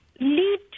lead